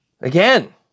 Again